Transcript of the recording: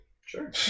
Sure